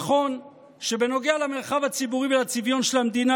נכון שבנוגע למרחב הציבורי ולצביון של המדינה